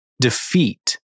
Defeat